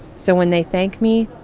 so when they thank me,